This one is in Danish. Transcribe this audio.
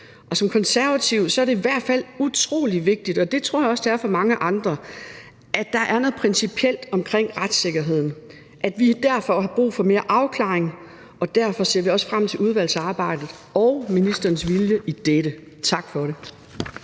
Og som konservativ er det i hvert fald utrolig vigtigt, og det tror jeg også det er for mange andre, at der er noget principielt omkring retssikkerheden, og at vi derfor har brug for mere afklaring. Derfor ser vi også frem til udvalgsarbejdet og ministerens vilje i dette. Tak for det.